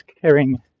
caring